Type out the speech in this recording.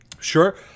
Sure